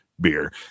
beer